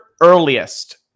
earliest